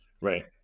Right